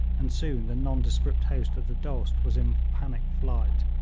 and soon the nondescript host of the dost was in panic flight,